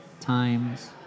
times